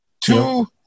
two